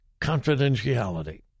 confidentiality